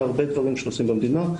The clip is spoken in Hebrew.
מהרבה דברים שעושים במדינה,